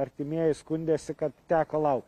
artimieji skundėsi kad teko laukt